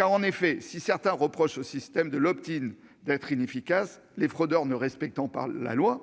En effet, si certains reprochent au système de l'd'être inefficace, les fraudeurs ne respectant pas la loi,